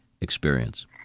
experience